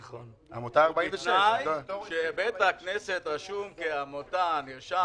נכון, בתנאי שבית הכנסת רשום כעמותה, נרשם